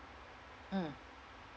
mm